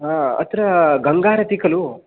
हा अत्र गङ्गारती कलु